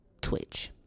twitch